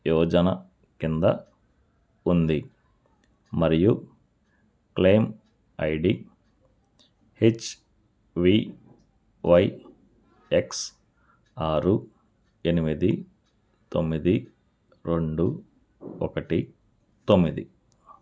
యోజన కింద ఉంది మరియు క్లెయిమ్ ఐడి హెచ్వీవైఎక్స్ ఆరు ఎనిమిది తొమ్మిది రెండు ఒకటి తొమ్మిది